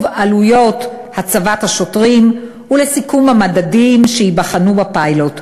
עלויות הצבת השוטרים ולסיכום המדדים שייבחנו בפיילוט.